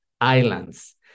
islands